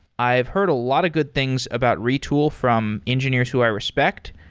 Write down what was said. i've heard a lot of good things about retool from engineers who i respect.